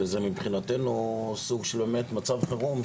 וזה מבחינתנו סוג של באמת מצב חירום,